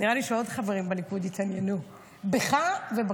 נראה לי שעוד חברים בליכוד יתעניינו בך ובכתבה.